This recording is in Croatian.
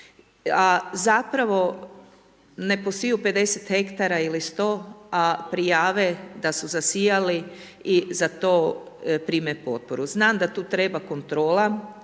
a zapravo ne posiju 50 hektara ili 100 a prijave da su zasijali i za to prime potporu. Znam da tu treba kontrola